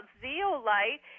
zeolite